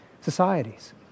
societies